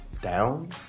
down